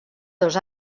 dos